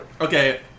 Okay